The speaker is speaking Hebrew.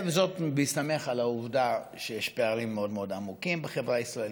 וזאת בהסתמך על העובדה שיש פערים מאוד מאוד עמוקים בחברה הישראלית,